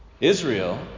Israel